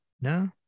No